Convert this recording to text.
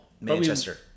manchester